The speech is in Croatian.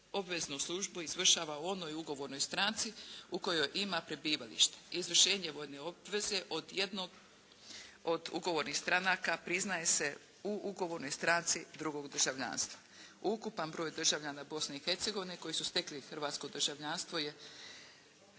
obveznu službu izvršava u onoj ugovornoj stranci u kojoj ima prebivalište. Izvršenje vojne obveze od jednog od ugovornih stranaka priznaje se u ugovornoj stranci drugog državljanstva. Ukupan broj državljana Bosne i Hercegovine koji su stekli hrvatsko državljanstvo je